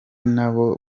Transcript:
nabo